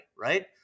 right